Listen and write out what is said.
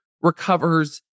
recovers